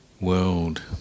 World